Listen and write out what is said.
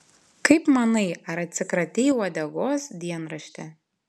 kaip manai ar atsikratei uodegos dienrašti